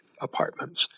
apartments